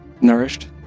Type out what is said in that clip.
nourished